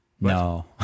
No